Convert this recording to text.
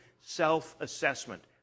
self-assessment